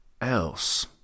else